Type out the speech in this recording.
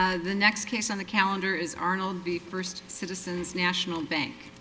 the next case on the calendar is arnold the first citizens national bank